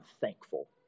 thankful